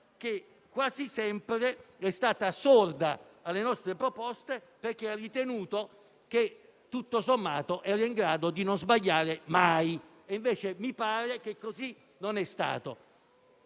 che quasi sempre è stata sorda, perché ha ritenuto che tutto sommato era in grado di non sbagliare mai. E, invece, mi pare che così non è stato.